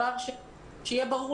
שיהיה ברור